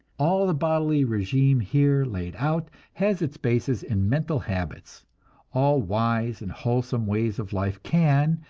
all the bodily regime here laid out has its basis in mental habits all wise and wholesome ways of life can,